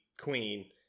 queen